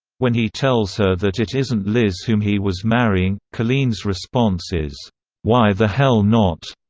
when he tells her that it isn't liz whom he was marrying, colleen's response is why the hell not?